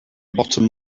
bottom